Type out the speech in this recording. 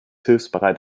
hilfsbereit